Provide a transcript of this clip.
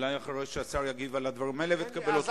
אולי אחרי שהשר יגיב על הדברים האלה תקבל עוד חמש דקות.